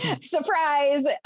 surprise